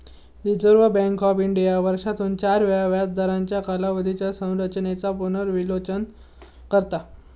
reserve Bank of India वर्षातून चार वेळा व्याजदरांच्या कालावधीच्या संरचेनेचा पुनर्विलोकन करता